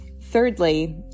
Thirdly